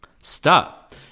Stop